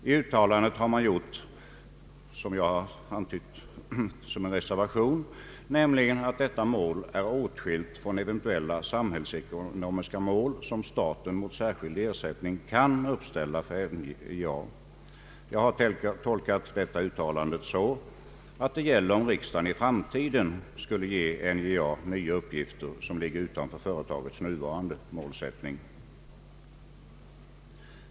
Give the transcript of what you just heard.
I uttalandet har man gjort en reservation, nämligen att detta mål är åtskilt från eventuella samhällsekonomiska mål, som staten mot särskild ersättning kan uppställa för NJA. Jag har tolkat detta uttalande så att det gäller om riksdagen i framtiden skulle ge NJA nya uppgifter som ligger utanför företagets nuvarande målsättning.